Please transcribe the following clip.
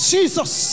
Jesus